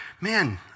Man